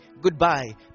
goodbye